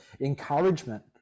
encouragement